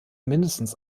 mindestens